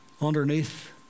underneath